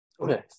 Okay